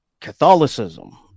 Catholicism